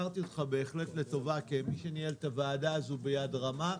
בהחלט לטובה כמי שניהל את הוועדה הזו ביד רמה.